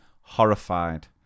horrified